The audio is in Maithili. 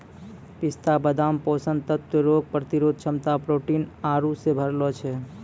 पिस्ता बादाम पोषक तत्व रोग प्रतिरोधक क्षमता प्रोटीन आरु से भरलो छै